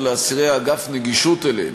ולאסירי האגף נגישות אליהם.